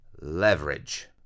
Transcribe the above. leverage